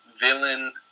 villain